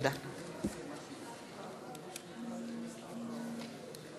בעד, 32 חברי כנסת, נגד,